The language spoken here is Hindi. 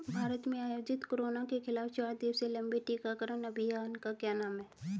भारत में आयोजित कोरोना के खिलाफ चार दिवसीय लंबे टीकाकरण अभियान का क्या नाम है?